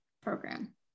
program